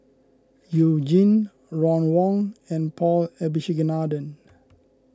You Jin Ron Wong and Paul Abisheganaden